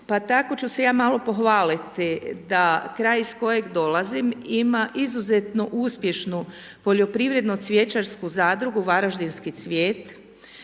pa tako ću se ja malo pohvaliti da kraj iz kojeg dolazim ima izuzetno uspješnu poljoprivredno-cvjećarsku zadrugu Varaždinski cvijet,